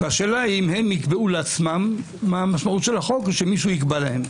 והשאלה האם הם יקבעו לעצמם מה המשמעות של החוק או שמישהו יקבע להם.